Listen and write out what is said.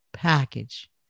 package